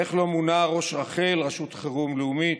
איך לא מונה ראש רח"ל, רשות חירום לאומית,